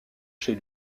chez